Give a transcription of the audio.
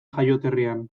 jaioterrian